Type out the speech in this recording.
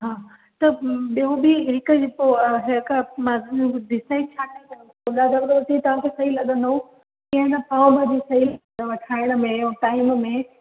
हा त ॿियो बि हिकु पोइ जेसिताईं छा ठाहियूं डॿल रोटी तव्हांखे सही लॻंदव की न पावभाॼी सही अथव ठाहिण में और टाइम में